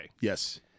Yes